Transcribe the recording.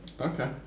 Okay